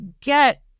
get